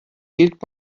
gilt